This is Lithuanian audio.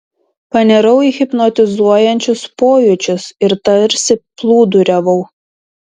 panirau į hipnotizuojančius pojūčius ir tarsi plūduriavau